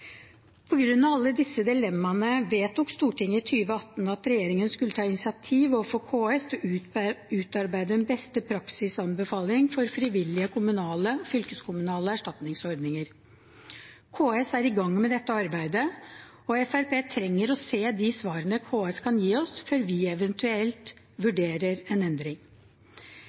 alle disse dilemmaene vedtok Stortinget i 2018 at regjeringen skulle ta initiativ overfor KS til å utarbeide en beste praksis-anbefaling for frivillige kommunale og fylkeskommunale erstatningsordninger. KS er i gang med dette arbeidet, og Fremskrittspartiet trenger å se de svarene KS kan gi oss, før vi eventuelt vurderer en endring.